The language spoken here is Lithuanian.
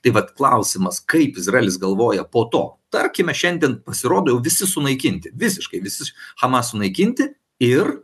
tai vat klausimas kaip izraelis galvoja po to tarkime šiandien pasirodo jau visi sunaikinti visiškai visi hamas sunaikinti ir